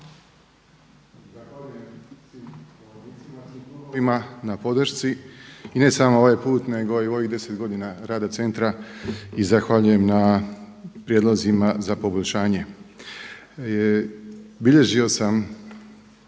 klubovima na podršci i ne samo ovaj put nego i u ovih 10 godina rada centra i zahvaljujem na prijedlozima za poboljšanje.